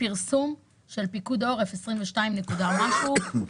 פרסום של פיקוד העורף 22 מיליון שקלים,